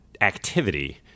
activity